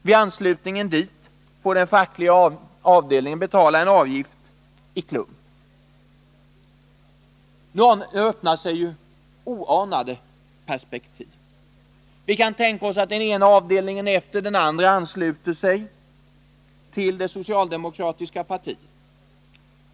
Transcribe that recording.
Vid anslutningen dit får den fackliga avdelningen betala en avgift i klump. Nu öppnar sig oanade perspektiv. Vi kan tänka oss att den ena avdelningen efter den andra ansluter sig till det socialdemokratiska partiet.